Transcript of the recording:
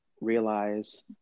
realize